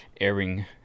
airing